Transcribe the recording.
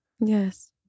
Yes